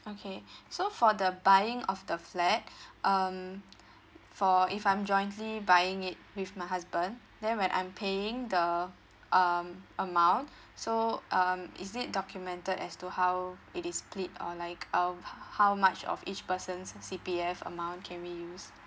okay so for the buying of the flat um for if I'm jointly buying it with my husband then when I'm paying the um amount so um is it documented as to how it is split or like how how much of each person's C_P_F amount can we use